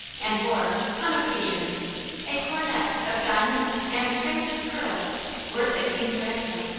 and wore on occasions a coronet of diamonds and strings of pearls worth a king's ransom,